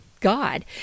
God